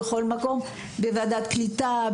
ובכל מקום בוועדת קליטה,